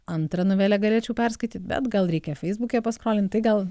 antrą novelę galėčiau perskaityt bet gal reikia feisbuke paskrolint tai gal